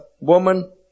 Woman